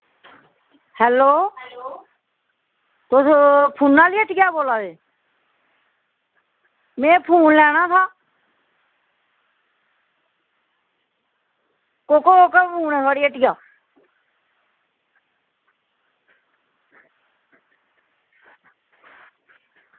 hello hello तुस फोनै आह्ली हट्टिया बोला दे में फोन लैना हा कोह्का कोह्का फोन ऐ थुआढ़ी हट्टिया